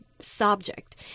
subject